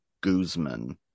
Guzman